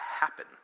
happen